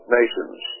nations